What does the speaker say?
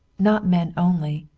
not men only,